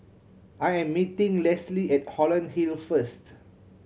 I am meeting Leslie at Holland Hill first